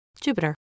Jupiter